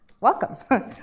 welcome